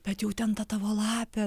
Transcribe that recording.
bet jau ten ta tavo lapė